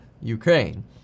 Ukraine